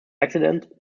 accident